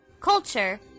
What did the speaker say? Culture